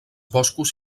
boscos